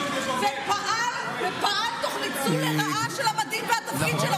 ופעל תוך ניצול לרעה של המדים והתפקיד שלו.